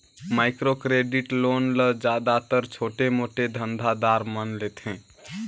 micro credit loan ल जादातर छोटे मोटे धंधा दार मन लेथें